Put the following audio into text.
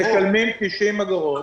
משלמים 90 אגורות